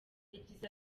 yagize